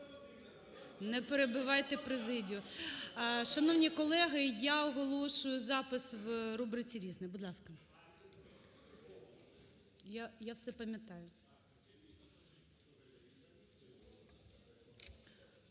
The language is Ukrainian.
не перебивайте президію. Шановні колеги, я оголошую запис в рубриці "Різне", будь ласка. Всі